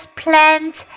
plants